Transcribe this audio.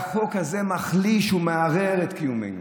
החוק הזה מחליש ומערער את קיומנו.